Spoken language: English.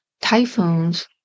typhoons